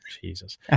Jesus